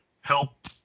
help